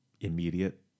immediate